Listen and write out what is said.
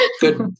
good